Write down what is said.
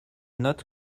notes